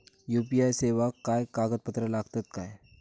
UPI सेवाक काय कागदपत्र लागतत काय?